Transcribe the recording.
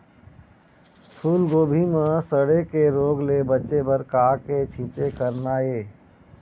फूलगोभी म सड़े के रोग ले बचे बर का के छींचे करना ये?